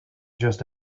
just